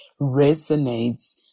resonates